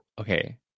okay